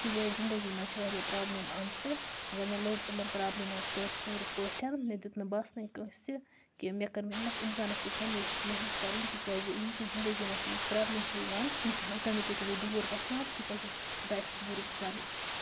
کہِ میٛانہِ زندگی منٛز چھِ واریاہ پرٛابلِم آمژٕ مگر مےٚ لوٚڑ تِمَن پرٛابلِمَن سۭتۍ پوٗرٕ پٲٹھۍ مےٚ دیُت نہٕ باسنے کٲنٛسہِ کہِ مےٚ کٔر محنت اِنسانَس پَزِ ہمیشہٕ محنت کَرٕنۍ تِکیٛازِ یِم تہِ زندگی منٛز تٔمِس پرٛابلِم چھےٚ یِوان تِم چھےٚ آٹومیٹِکٔلی دوٗر گژھان تہِ پَزِ اَسہِ خۄدایَس پٮ۪ٹھ بٔروس کَرُن